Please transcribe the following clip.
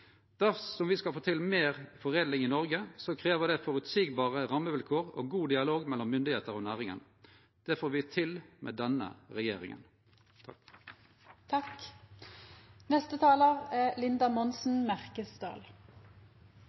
Dersom me skal få til meir foredling i Noreg, krev det føreseielege rammevilkår og god dialog mellom myndigheitene og næringa. Det får me til med denne regjeringa. Me bur i eit land som er